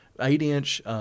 Eight-inch